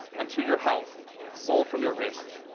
and to your health all from your wrist.